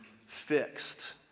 fixed